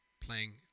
playing